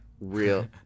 Real